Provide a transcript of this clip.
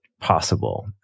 possible